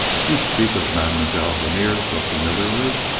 you speak of mademoiselle vernier so familiarly?